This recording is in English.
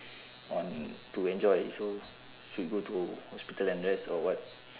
on to enjoy so should go to hospital and rest or what